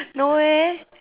no eh